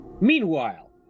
Meanwhile